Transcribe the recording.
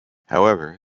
however